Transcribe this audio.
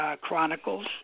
Chronicles